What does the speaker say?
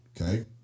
Okay